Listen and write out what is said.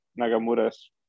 Nagamura's